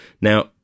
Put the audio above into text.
now